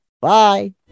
Bye